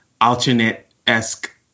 alternate-esque